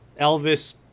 Elvis